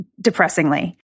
depressingly